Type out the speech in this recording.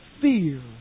fear